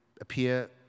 appear